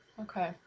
Okay